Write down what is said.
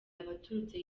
abaturutse